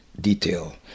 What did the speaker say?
detail